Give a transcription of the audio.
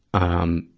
um,